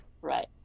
Right